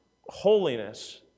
holiness